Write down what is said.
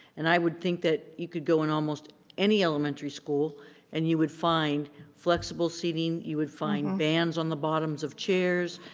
and i would think that you could go in almost any elementary school and you would find flexible seating, you would find bands on the bottoms of chairs,